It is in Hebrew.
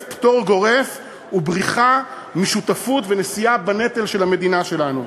פטור גורף ובריחה משותפות ומנשיאה בנטל של המדינה שלנו.